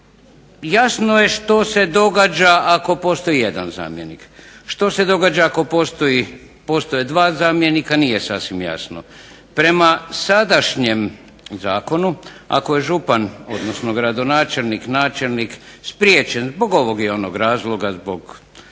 Jasno je što se događa ako postoji jedan zamjenik. Što se događa ako postoje dva zamjenika? Nije sasvim jasno. Prema sadašnjem zakonu ako je župan odnosno gradonačelnik, načelnik spriječen zbog ovog i onog razloga, zbog